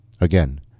Again